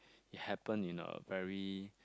it happen in a very